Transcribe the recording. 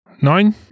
Nine